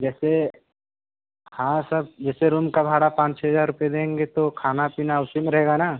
जैसे हाँ सब जैसे रूम का भाड़ा पाँच छः हज़ार रूपये लेंगे तो खाना पीना उसी में रहेगा ना